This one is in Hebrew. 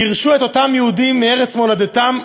גירשו את אותם יהודים מארץ מולדתם,